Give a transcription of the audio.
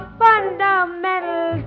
fundamental